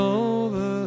over